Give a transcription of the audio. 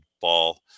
ball